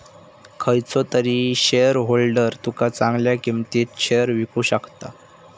खयचो तरी शेयरहोल्डर तुका चांगल्या किंमतीत शेयर विकु शकता